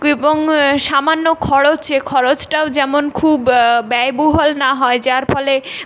কিবং সামান্য খরচে খরচটাও যেমন খুব ব্যয়বহুল না হয় যার ফলে